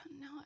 no